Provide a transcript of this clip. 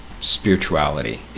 spirituality